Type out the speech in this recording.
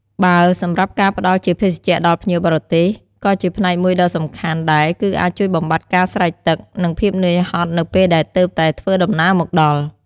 បើសម្រាប់ការផ្ដល់ជាភេសជ្ជៈដល់ភ្ញៀវបរទេស ក៏ជាផ្នែកមួយដ៏សំខាន់ដែរគីអាចជួយបំបាត់ការស្រេកទឹក និងភាពនឿយហត់នៅពេលដែលទើបតែធ្វើដំណើរមកដល់។